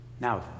Now